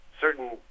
certain